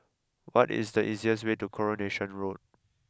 what is the easiest way to Coronation Road